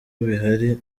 bihari